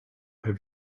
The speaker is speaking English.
have